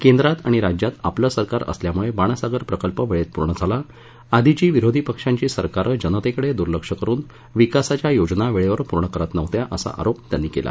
केंद्रात आणि राज्यात आपलं सरकार असल्यामुळे बाणसागर प्रकल्प वेळेत पूर्ण झाला आधीची विरोधी पक्षांची सरकारं जनतेकडं दुर्लक्ष करून विकासाच्या योजना वेळेवर पूर्ण करत नव्हत्या असा आरोप त्यांनी केला